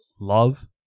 Love